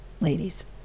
ladies